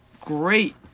great